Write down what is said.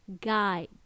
guide